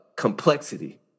complexity